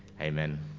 Amen